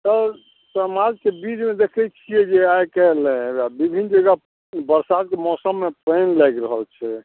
sir समाजके बीचमे देखै छियै जे आइकाल्हि विभिन्न जगह बरसातके मौसमे पानि लागि रहल छै